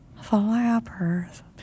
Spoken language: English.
Flappers